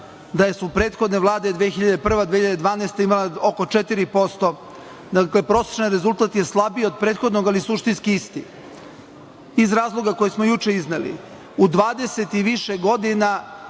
da su prethodne vlade 2001. i 2012. godina imale oko 4%. Dakle, prosečan rezultat je slabiji od prethodnog, ali je suštinski isti iz razloga koje smo juče izneli. U dvadeset i više godina